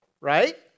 right